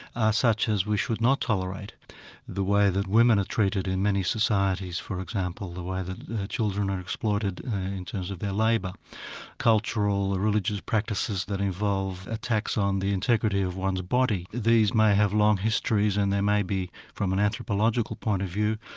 are such as we should not tolerate the way that women are treated in many societies for example the way that children are exploited in terms of their labour cultural, ah religious practices that involve attacks on the integrity of one's body. these may have long histories and there may be from an anthropological point of view,